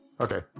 Okay